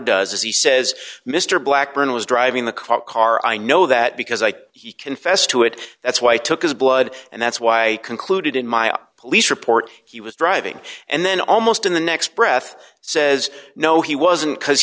is he says mr blackburn was driving the cop car i know that because i he confessed to it that's why i took his blood and that's why i concluded in my police report he was driving and then almost in the next breath says no he wasn't because